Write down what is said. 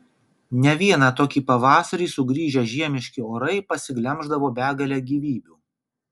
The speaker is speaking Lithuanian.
ne vieną tokį pavasarį sugrįžę žiemiški orai pasiglemždavo begalę gyvybių